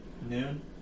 Noon